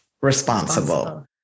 Responsible